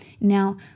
Now